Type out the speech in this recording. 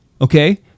Okay